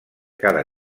cada